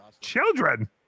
Children